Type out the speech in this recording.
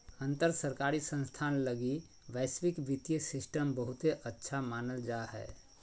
अंतर सरकारी संस्थान लगी वैश्विक वित्तीय सिस्टम बहुते अच्छा मानल जा हय